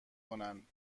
کنند